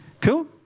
Cool